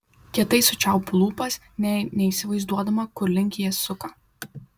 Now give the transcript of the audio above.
kietai sučiaupiu lūpas nė neįsivaizduodama kur link jis suka